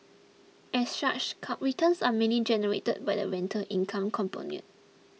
as such cut returns are mainly generated by the rental income component